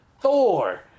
Thor